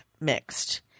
mixed